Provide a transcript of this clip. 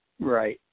Right